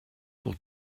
pour